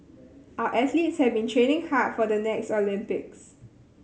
our athletes have been training hard for the next Olympics